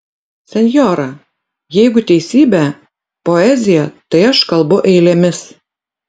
senjora jeigu teisybė poezija tai aš kalbu eilėmis